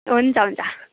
हुन्छ हुन्छ